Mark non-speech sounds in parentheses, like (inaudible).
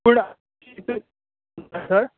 पूण (unintelligible) सर